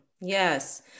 Yes